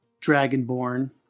Dragonborn